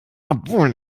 obwohl